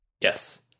Yes